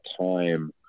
time